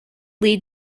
lead